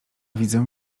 widzę